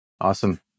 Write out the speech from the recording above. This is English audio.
Awesome